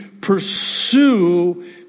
pursue